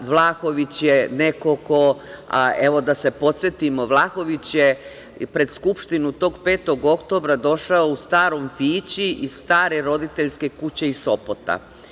Vlahović je neko je, evo da se podsetimo, Vlahović je pred Skupštinu tog 5. oktobra došao u starom fići iz stare roditeljske kuće iz Sopota.